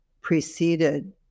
preceded